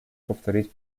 повторить